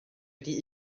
wedi